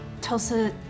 Tulsa